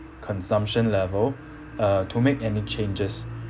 consumption level uh to make any changes